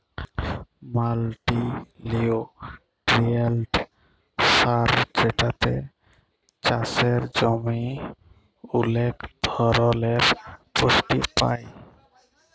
multinutrient সার যেটাতে চাসের জমি ওলেক ধরলের পুষ্টি পায়